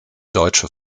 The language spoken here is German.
deutsche